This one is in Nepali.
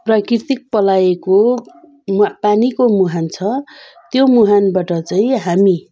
प्राकृतिक पलाएको म पानीको मुहान छ त्यो मुहानबाट चाहिँ हामी